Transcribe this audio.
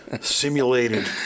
simulated